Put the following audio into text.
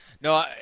No